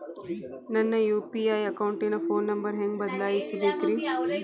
ನನ್ನ ಯು.ಪಿ.ಐ ಅಕೌಂಟಿನ phone number ಹೆಂಗ್ ಬದಲಾಯಿಸ ಬೇಕ್ರಿ?